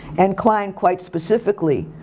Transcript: and klein quite specifically.